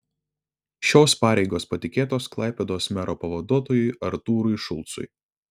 šios pareigos patikėtos klaipėdos mero pavaduotojui artūrui šulcui